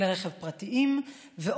כלי רכב פרטיים ועוד,